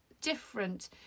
different